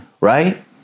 Right